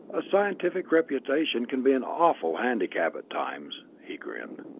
a scientific reputation can be an awful handicap at times, he grinned.